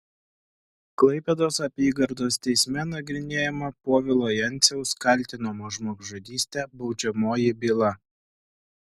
klaipėdos apygardos teisme nagrinėjama povilo jenciaus kaltinamo žmogžudyste baudžiamoji byla